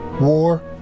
war